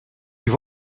have